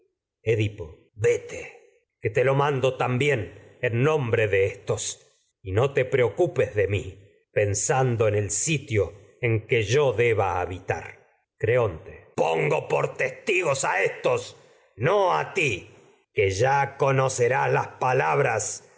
edipo yete que te lo mando también no en nombre de éstos que y te preocupes de mi pensando en el sitio en yo deba habitar creonte pongo por testigos a éstos no a ti que ya conocerás las palabras